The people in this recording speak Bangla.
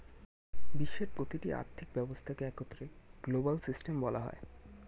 বিশ্বের প্রতিটি আর্থিক ব্যবস্থাকে একত্রে গ্লোবাল সিস্টেম বলা হয়